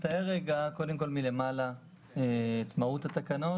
נתאר רגע קודם כל מלמעלה את מהות התקנות.